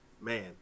man